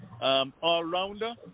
All-rounder